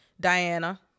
Diana